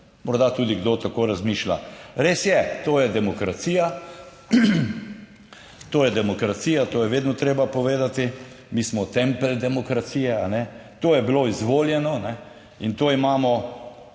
morda tudi kdo tako razmišlja. Res je, to je demokracija, to je demokracija, to je vedno treba povedati, mi smo tempelj demokracije, kajne, to je bilo izvoljeno in to imamo,